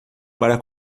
para